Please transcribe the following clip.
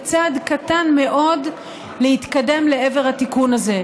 בצעד קטן מאוד להתקדם לעבר התיקון הזה,